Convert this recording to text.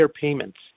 payments